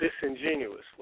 disingenuously